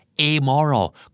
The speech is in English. amoral